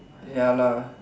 ya lah